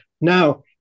Now